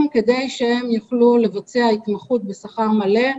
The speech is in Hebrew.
כדי שהם יוכלו לבצע התמחות בשכר מלא.